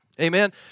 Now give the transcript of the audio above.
Amen